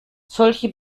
solche